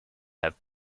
have